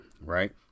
Right